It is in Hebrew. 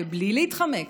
בלי להתחמק,